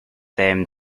them